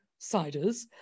ciders